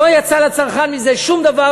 לא יצא לצרכן מזה שום דבר,